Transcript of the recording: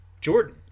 jordan